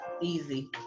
easy